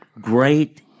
Great